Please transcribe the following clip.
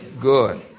Good